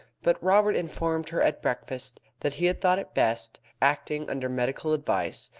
but robert informed her at breakfast that he had thought it best, acting under medical advice,